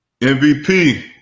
MVP